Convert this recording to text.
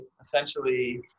essentially